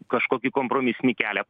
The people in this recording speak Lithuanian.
kažkokį kompromisinį kelią